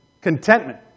Contentment